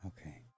Okay